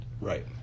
Right